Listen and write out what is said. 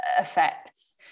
effects